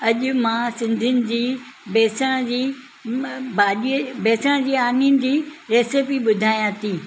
अज़ु मां सिंधियुनि जी बेसण जी भाॼी बेसण जी आनी जी रेसिपी ॿुधायां थी